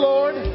Lord